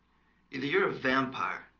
and your vampire